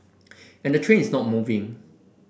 and the train is not moving